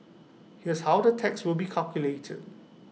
here's how the tax will be calculated